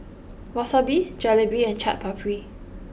Wasabi Jalebi and Chaat Papri